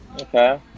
okay